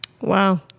Wow